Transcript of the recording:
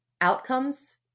outcomes